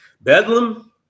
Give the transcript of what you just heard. Bedlam